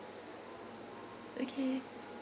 okay